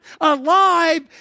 alive